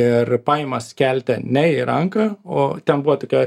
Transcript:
ir paima skeltę ne į ranką o ten buvo tokia